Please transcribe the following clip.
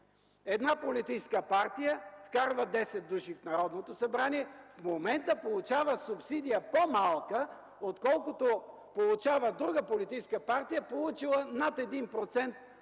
Една политическа партия вкарва 10 души в Народното събрание, в момента получава субсидия по-малка отколкото получава друга политическа партия, получила над 1% от